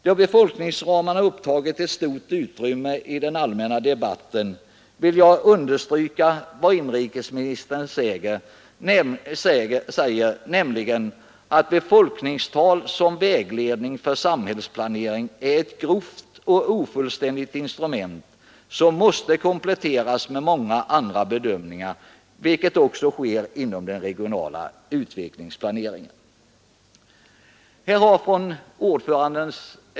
Då befolkningsramarna upptagit ett stort utrymme i den allmänna debatten vill jag understryka vad inrikesministern säger, nämligen att befolkningstal som vägledning för samhällsplanering är ett grovt och ofullständigt instrument som måste kompletteras med många andra bedömningar, vilket också sker inom den regionala utvecklingsplaneringen.